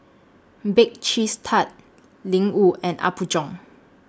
Bake Cheese Tart Ling Wu and Apgujeong